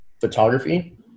photography